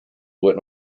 went